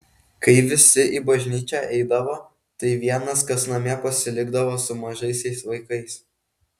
kai visi į bažnyčią eidavo tai vienas kas namie pasilikdavo su mažaisiais vaikais